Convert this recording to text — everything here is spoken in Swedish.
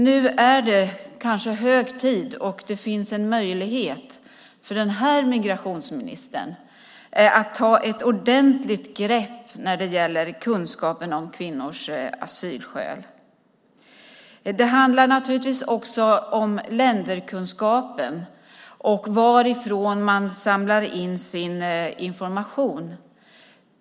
Nu är det hög tid, och det finns en möjlighet, för den här migrationsministern att ta ett ordentligt grepp när det gäller kunskapen om kvinnors asylskäl. Det handlar också om länderkunskapen och varifrån man samlar in sin information.